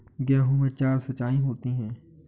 गेहूं में चार सिचाई होती हैं